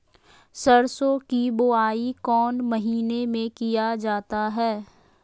सरसो की बोआई कौन महीने में किया जाता है?